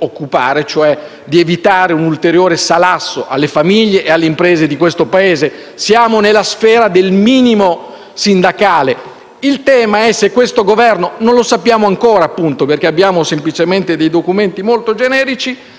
occupare, cioè di evitare un ulteriore salasso alle famiglie e alle imprese di questo Paese: siamo nella sfera del minimo sindacale. Il tema è se questo Governo (non lo sappiamo ancora, perché abbiamo semplicemente dei documenti molto generici)